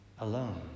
alone